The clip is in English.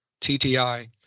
TTI